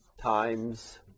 Times